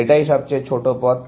এটাই সবচেয়ে ছোট পথ